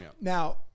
Now